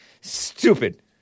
stupid